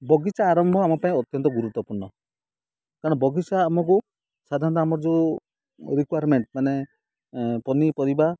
ବଗିଚା ଆରମ୍ଭ ଆମ ପାଇଁ ଅତ୍ୟନ୍ତ ଗୁରୁତ୍ୱପୂର୍ଣ୍ଣ କାରଣ ବଗିଚା ଆମକୁ ସାଧାରଣତଃ ଆମର ଯେଉଁ ରିକ୍ୱୟାରମେଣ୍ଟ ମାନେ ପନିପରିବା